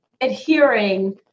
adhering